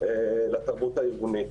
לתרבות הארגונית.